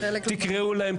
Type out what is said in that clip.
תקראו להם,